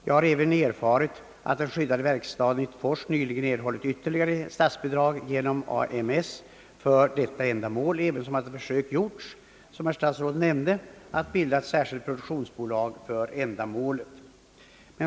Jag har även erfarit att den skyddade verkstaden i Fors nyligen erhållit ytterligare statsbidrag genom AMS för detta ändamål, ävensom att försök gjorts — som herr statsrådet nämnde — att bilda ett särskilt produktionsbolag för ändamålet.